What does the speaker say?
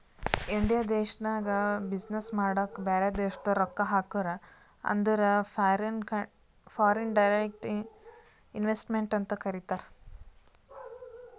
India ದೇಶ್ನಾಗ business ಮಾಡಾಕ ಬ್ಯಾರೆ ದೇಶದವ್ರು ರೊಕ್ಕಾ ಹಾಕುರ್ ಅಂದುರ್ ಫಾರಿನ್ ಡೈರೆಕ್ಟ್ ಇನ್ವೆಸ್ಟ್ಮೆಂಟ್ ಅಂತಾರ್